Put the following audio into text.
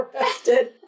arrested